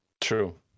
True